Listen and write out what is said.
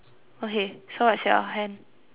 okay so what's your hand